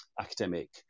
academic